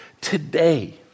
today